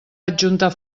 adjuntar